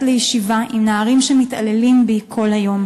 לישיבה עם נערים שמתעללים בי כל היום